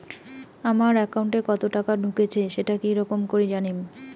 আমার একাউন্টে কতো টাকা ঢুকেছে সেটা কি রকম করি জানিম?